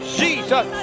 jesus